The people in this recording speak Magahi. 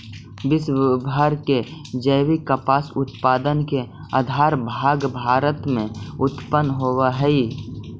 विश्व भर के जैविक कपास उत्पाद के आधा भाग भारत में उत्पन होवऽ हई